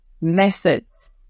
methods